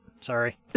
Sorry